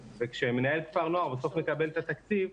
כשמנהל כפר נוער בסוף מקבל את התקציב,